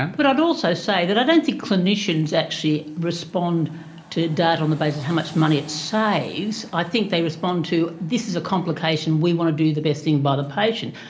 but i'd also say that i don't think clinicians actually respond to data on the basis of how much money it saves, i think they respond to this is a complication, we want to do the best thing by the patient.